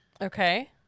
Okay